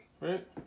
right